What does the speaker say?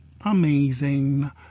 amazing